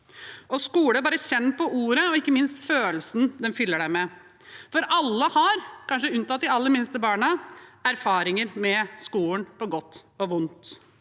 Og skole – bare kjenn på ordet og ikke minst følelsen den fyller deg med. For alle, kanskje unntatt de aller minste barna, har erfaringer med skolen på godt og vondt.